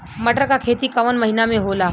मटर क खेती कवन महिना मे होला?